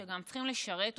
שגם צריכים לשרת אותו,